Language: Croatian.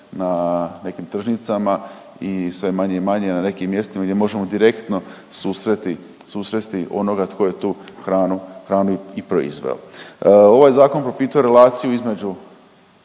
na neki tržnicama i sve manje i manje na nekim mjestima gdje možemo direktno susreti, susresti onoga tko je tu hranu, hranu i proizveo. Ovaj zakon propituje relaciju između